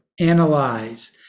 analyze